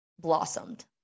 blossomed